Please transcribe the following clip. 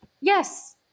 Yes